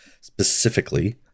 Specifically